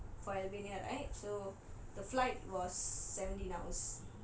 for albania right so the flight was seventeen hours